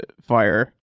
fire